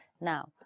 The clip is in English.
Now